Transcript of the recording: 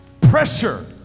Pressure